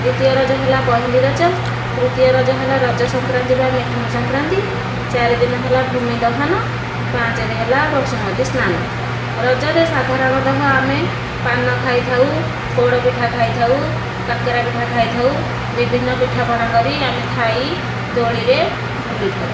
ଦ୍ୱିତୀୟ ରଜ ହେଲା ପହିଲି ରଜ ତୃତୀୟ ରଜ ହେଲା ରଜ ସଂକ୍ରାନ୍ତି ବା ମିଥୁନ ସଂକ୍ରାନ୍ତି ଚାରି ଦିନ ହେଲା ଭୂମି ଦହନ ପାଞ୍ଚରେ ହେଲା ବସୁମତୀ ସ୍ନାନ ରଜରେ ସାଧାରଣତଃ ଆମେ ପାନ ଖାଇଥାଉ ପୋଡ଼ ପିଠା ଖାଇଥାଉ କାକରା ପିଠା ଖାଇଥାଉ ବିଭିନ୍ନ ପିଠାପଣା କରି ଆମେ ଖାଇ ଦୋଳିରେ ଝୁଲୁଥାଉ